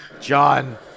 John